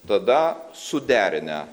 tada suderinę